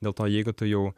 dėl to jeigu tu jau